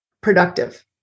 productive